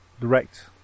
direct